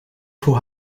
voor